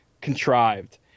contrived